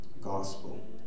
gospel